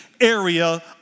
area